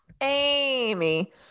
Amy